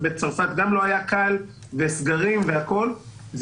ובצרפת גם לא היה קל והיו סגרים זה